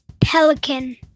Pelican